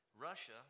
Russia